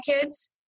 kids